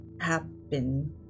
happen